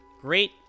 great